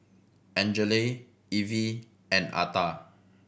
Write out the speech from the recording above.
Angele Ivie and Atha